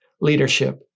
leadership